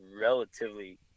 relatively